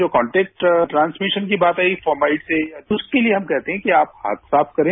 जो contact transmission की बात आई फाउमलिटी की तो उसके लिए हम कहते हैं कि आप हाथ साफ करें